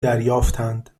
دریافتند